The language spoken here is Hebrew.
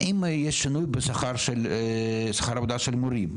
אם יהיה שינוי בשכר עבודה של מורים?